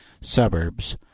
suburbs